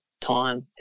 time